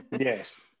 Yes